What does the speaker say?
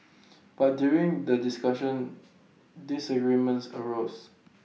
but during the discussions disagreements arose